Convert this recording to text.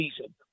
season